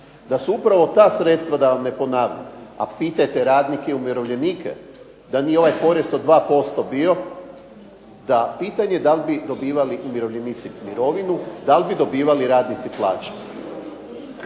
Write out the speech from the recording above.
Da su upravo ta sredstva, da vam ne ponavljam, a pitajte radnike, umirovljenike da nije ovaj porez od 2% bio da pitanje je da li bi dobivali umirovljenici mirovinu, da li bi dobivali radnici plaće?